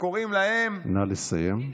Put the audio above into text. וקוראים להם, " נא לסיים.